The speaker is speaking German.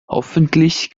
hoffentlich